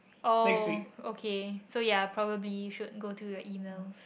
oh okay so you're probably should go to the email